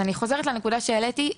אז אני חוזרת לנקודה שהעליתי,